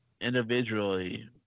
individually